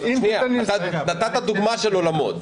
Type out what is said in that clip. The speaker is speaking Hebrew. נתת דוגמה של אולמות.